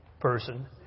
person